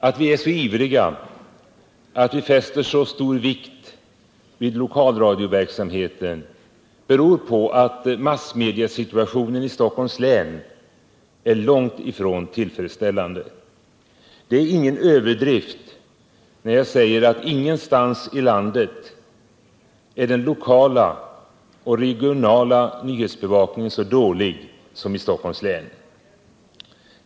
Att vi är så ivriga, att vi fäster så stor vikt vid lokalradioverksamheten, beror på att massmediasituationen i Stockholms län är långt ifrån tillfredsställande. Det är ingen överdrift när jag säger att ingenstans i landet är den lokala och regionala nyhetsbevakningen så dålig som i Stockholms län.